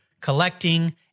collecting